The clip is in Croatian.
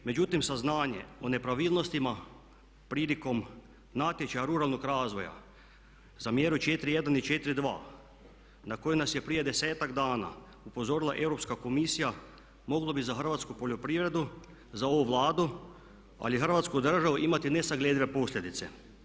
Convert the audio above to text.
Međutim, saznanje o nepravilnostima prilikom natječaja ruralnog razvoja za mjeru 4.1 i 4.2 na koju nas je prije 10-ak dana upozorila Europska komisija moglo bi za hrvatsku poljoprivredu, za ovu Vladu, ali i Hrvatsku državu imati nesagledive posljedice.